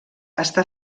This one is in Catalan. està